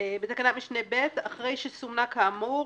בתקנת משנה (ב) אחרי "שסומנה כאמור"